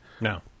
no